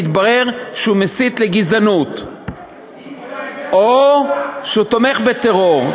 מתברר שהוא מסית לגזענות או שהוא תומך בטרור?